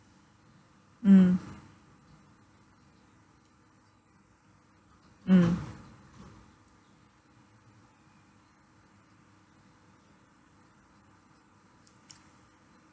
mm mm